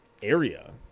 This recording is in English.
area